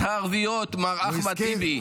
הזכרתי גם את התחנות הערביות, מר אחמד טיבי.